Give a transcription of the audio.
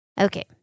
Okay